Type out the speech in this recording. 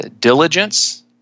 diligence